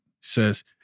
Says